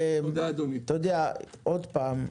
אתה יודע, עוד פעם,